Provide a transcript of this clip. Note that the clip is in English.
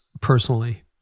personally